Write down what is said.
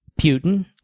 Putin